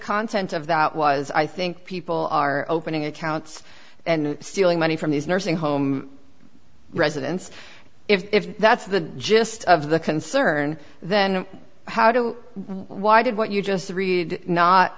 content of that was i think people are opening accounts and stealing money from these nursing home residents if that's the gist of the concern then how do why did what you just read not